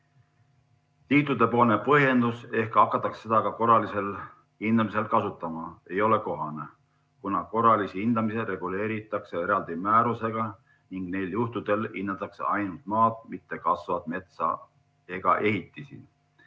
Liitudepoolne põhjendus, et ehk hakatakse seda ka korralistel hindamistel kasutama, ei ole kohane, kuna korralisi hindamisi reguleeritakse eraldi määrusega ning neil juhtudel hinnatakse ainult maad, mitte kasvavat metsa ega ehitisi.